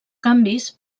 canvis